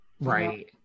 Right